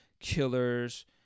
killers